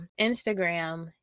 instagram